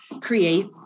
create